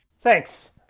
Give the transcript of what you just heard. Thanks